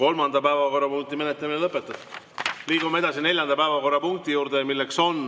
Kolmanda päevakorrapunkti menetlemine on lõpetatud. Liigume edasi neljanda päevakorrapunkti juurde. See on